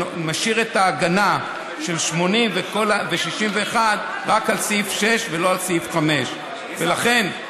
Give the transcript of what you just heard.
שמשאיר את ההגנה של 80 ו-61 רק על סעיף 6 ולא על סעיף 5. לכן,